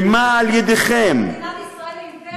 במעל ידכם מדינת ישראל היא אימפריה?